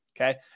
okay